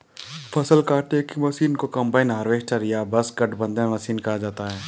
फ़सल काटने की मशीन को कंबाइन हार्वेस्टर या बस गठबंधन मशीन कहा जाता है